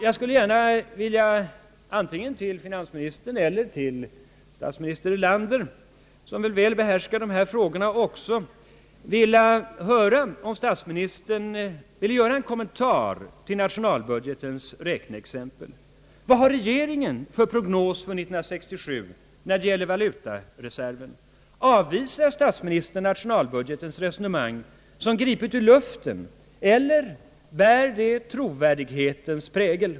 Jag vill uppmana finansministern eller statsminister Erlander, som väl också behärskar dessa frågor, att kommentera nationalbudgetens räkneexempel. Vad har regeringen för prognos för 1967 när det gäller valutareserven? Avvisar statsministern nationalbudgetens resonemang som sgripet ur luften, eller bär det trovärdighetens prägel?